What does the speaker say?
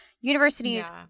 Universities